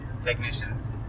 technicians